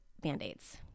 band-aids